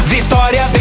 Vitória